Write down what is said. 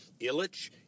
Illich